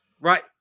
right